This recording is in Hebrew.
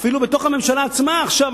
אפילו בתוך הממשלה עצמה עכשיו,